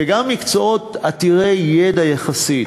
וגם במקצועות עתירי ידע יחסית,